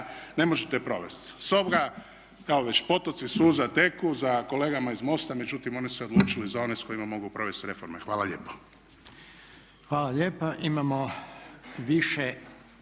ne možete provesti. Stoga kao već potoci suza teku za kolegama iz MOST-a, međutim oni su se odlučili za one s kojima mogu provesti reforme. Hvala lijepo.